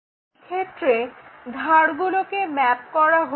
এক্ষেত্রে ধারগুলিকে ম্যাপ করা হলো